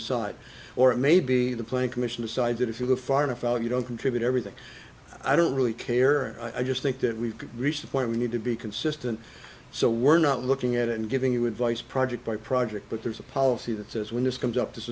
aside or maybe the plan commission decided if you go far enough out you don't contribute everything i don't really care and i just think that we've reached the point we need to be consistent so we're not looking at it and giving you advice project by project but there's a policy that says when this comes up this